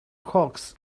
hawks